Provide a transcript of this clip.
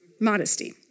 modesty